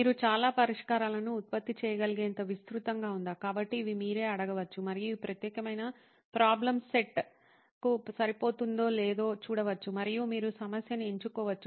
మీరు చాలా పరిష్కారాలను ఉత్పత్తి చేయగలిగేంత విస్తృతంగా ఉందా కాబట్టి ఇవి మీరే అడగవచ్చు మరియు ఈ ప్రత్యేకమైన ప్రాబ్లెమ్ సెట్కు సరిపోతుందో లేదో చూడవచ్చు మరియు మీరు సమస్యను ఎంచుకోవచ్చు